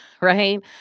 right